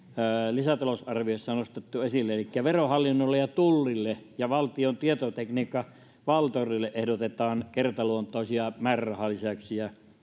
lisätalousarviossa nostettu esille elikkä verohallinnolle tullille ja valtion tieto ja viestintätekniikkakeskus valtorille ehdotetaan kertaluontoisia määrärahalisäyksiä